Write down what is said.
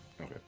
Okay